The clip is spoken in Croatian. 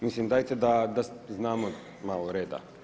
Mislim dajte da znamo malo reda.